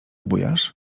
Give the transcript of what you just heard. bujasz